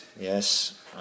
Yes